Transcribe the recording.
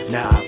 Now